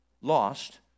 Lost